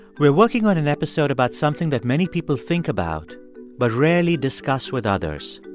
we're working on an episode about something that many people think about but rarely discuss with others